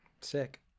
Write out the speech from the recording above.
Sick